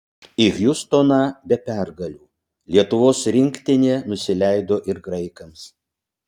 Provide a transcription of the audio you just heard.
į hjustoną be pergalių lietuvos rinktinė nusileido ir graikams